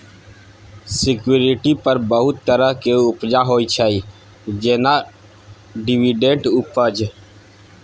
security पर बहुत तरहक उपजा होइ छै जेना डिवीडेंड उपज